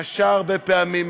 קשה הרבה פעמים,